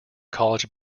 college